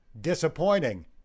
disappointing